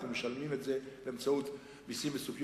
אנחנו משלמים את זה באמצעות מסים "אקס-פוסט"